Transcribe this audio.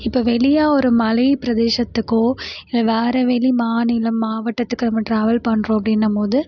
இப்போ வெளியே ஒரு மலைப்பிரதேஷத்துக்கோ இல்லை வேற வெளி மாநிலம் மாவட்டத்துக்கு நம்ம ட்ராவல் பண்ணுறோம் அப்படின்னம்மோது